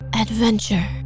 Adventure